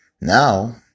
Now